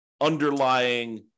underlying